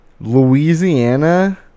Louisiana